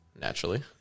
Naturally